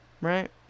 Right